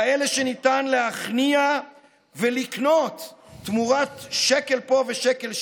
כאלה שניתן להכניע ולקנות תמורת שקל פה ושקל שם,